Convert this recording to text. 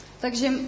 Takže